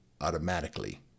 automatically